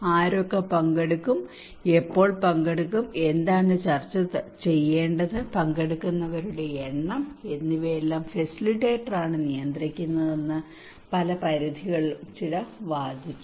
ആരൊക്കെ പങ്കെടുക്കും എപ്പോൾ പങ്കെടുക്കും എന്താണ് ചർച്ച ചെയ്യേണ്ടത് പങ്കെടുക്കുന്നവരുടെ എണ്ണം എന്നിവയെല്ലാം ഫെസിലിറ്റേറ്ററാണ് നിയന്ത്രിക്കുന്നതെന്ന് പല പരിധികളിലും ചിലർ വാദിച്ചു